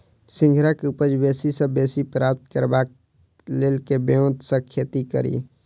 सिंघाड़ा केँ उपज बेसी सऽ बेसी प्राप्त करबाक लेल केँ ब्योंत सऽ खेती कड़ी?